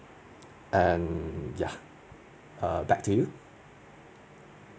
and ya err back to you